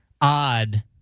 odd